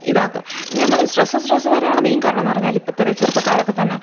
ഇതാക്കും ഞാന് പറഞ്ഞു സ്ട്രെസ് സ്ട്രെസ് വരാനുള്ള മെയിൻ കാരണമെന്നു പറഞ്ഞാല് ഇപ്പോഴത്തെ ചെറുപ്പക്കാരൊക്കെത്തന്നെ